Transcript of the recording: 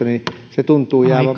niin se tuntuu jäävän